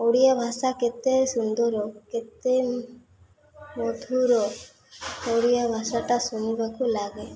ଓଡ଼ିଆ ଭାଷା କେତେ ସୁନ୍ଦର କେତେ ମଧୁର ଓଡ଼ିଆ ଭାଷାଟା ଶୁଣିବାକୁ ଲାଗେ